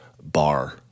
bar